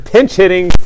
Pinch-hitting